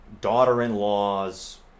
daughter-in-law's